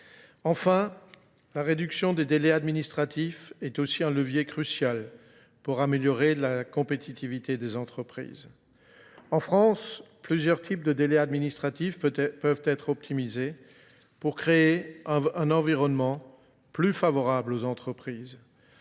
Enfin, la réduction des délais administratifs est aussi un levier crucial pour améliorer la compétitivité des entreprises. En France, plusieurs types de délais administratifs peuvent être optimisés pour créer un environnement plus favorable aux entreprises.